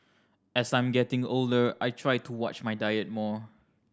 as I am getting older I try to watch my diet more